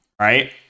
right